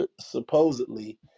supposedly